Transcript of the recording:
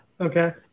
Okay